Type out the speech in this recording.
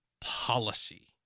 policy